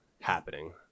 happening